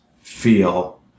feel